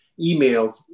emails